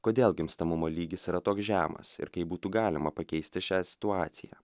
kodėl gimstamumo lygis yra toks žemas ir kaip būtų galima pakeisti šią situaciją